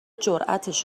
جراتش